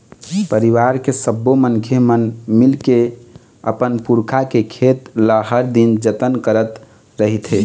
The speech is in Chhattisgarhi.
परिवार के सब्बो मनखे मन मिलके के अपन पुरखा के खेत ल हर दिन जतन करत रहिथे